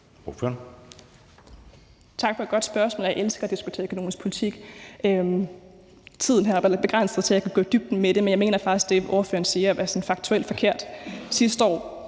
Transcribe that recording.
Tak for et godt spørgsmål. Jeg elsker at diskutere økonomisk politik. Tiden her er begrænset, så jeg kan ikke gå i dybden med det, men jeg mener faktisk, at det, ordføreren siger, faktuelt er forkert. Sidste år,